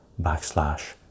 backslash